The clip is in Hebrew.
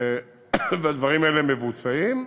והדברים האלה מבוצעים.